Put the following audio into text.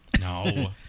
No